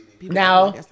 Now